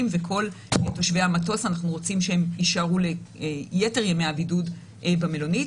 ואנחנו רוצים שכל נוסעי המטוס יישארו ליתר ימי הבידוד במלונית,